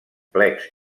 plecs